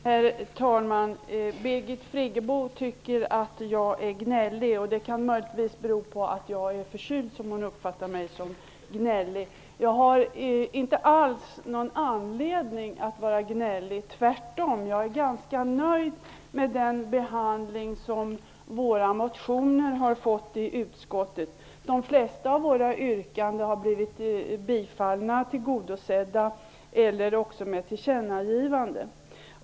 Herr talman! Birgit Friggebo tycker jag är gnällig. Det kan möjligtvis bero på att jag är förkyld, så att hon uppfattar mig som gnällig. Jag har inte alls någon anledning att vara gnällig. Jag är tvärtom ganska nöjd med den behandling våra motioner har fått i utskottet. De flesta av våra yrkanden har blivit bifallna, tillgodosedda eller också fått ett tillkännagivande.